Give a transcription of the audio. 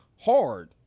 hard